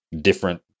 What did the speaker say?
different